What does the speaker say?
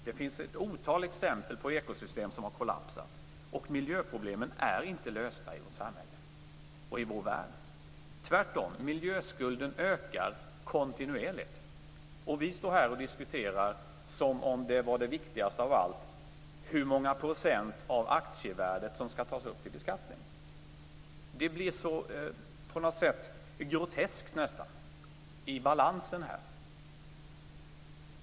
Det finns ett otal exempel på ekosystem som har kollapsat, och miljöproblemen är inte lösta i vårt samhälle och i vår värld. Tvärtom ökar miljöskulden kontinuerligt om vi står här och diskuterar som om det viktigaste av allt är hur många procent av aktievärdet som skall tas upp till beskattning. Det blir på något sätt nästan groteskt i balansen här.